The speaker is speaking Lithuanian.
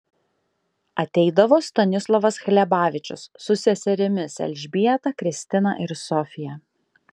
ateidavo stanislovas hlebavičius su seserimis elžbieta kristina ir sofija